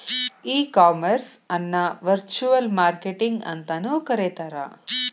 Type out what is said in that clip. ಈ ಕಾಮರ್ಸ್ ಅನ್ನ virtual marketing ಅಂತನು ಕರೇತಾರ